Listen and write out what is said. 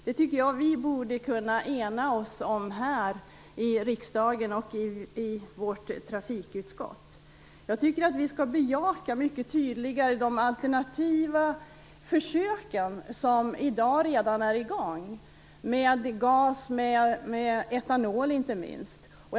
Det tycker jag att vi borde kunna ena oss om här i riksdagen och i vårt trafikutskott. Jag tycker att vi mycket tydligare skall bejaka de alternativa försöken som i dag redan är igång, försök med gas och med inte minst etanol.